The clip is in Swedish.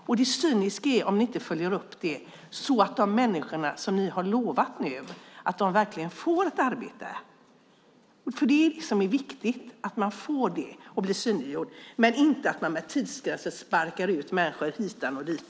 Och det cyniska är om ni inte följer upp att de människor som ni nu har lovat det verkligen får ett arbete, för det som är viktigt är att man får det och blir synliggjord, inte att med tidsgränser sparkas ut hit och dit.